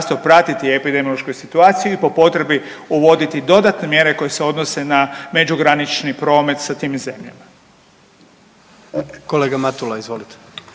HZJZ pratiti epidemiološku situaciju i po potrebi uvoditi dodatne mjere koje se odnose na međugranični promet sa tim zemljama. **Jandroković,